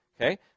Okay